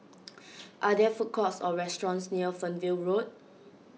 are there food courts or restaurants near Fernvale Road